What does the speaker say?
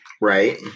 Right